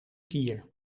kier